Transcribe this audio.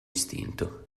istinto